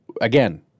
again